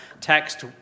text